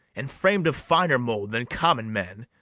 and fram'd of finer mould than common men,